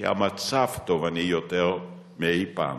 כי המצב תובעני יותר מאי-פעם.